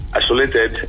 isolated